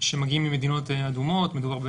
שמגיעים ממדינות אדומות מדובר,